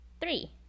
three